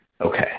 Okay